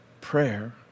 prayer